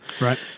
right